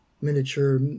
miniature